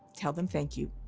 tell them thank you.